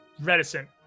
reticent